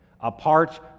Apart